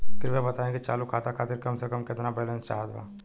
कृपया बताई कि चालू खाता खातिर कम से कम केतना बैलैंस चाहत बा